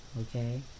Okay